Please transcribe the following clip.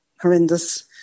horrendous